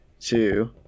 two